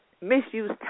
misuse